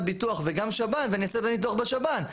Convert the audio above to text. ביטוח וגם שב"ן ואני אעשה את הניתוח בשב"ן.